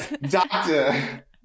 Doctor